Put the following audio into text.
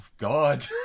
God